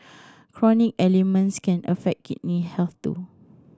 chronic ailments can affect kidney health too